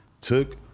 Took